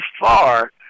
far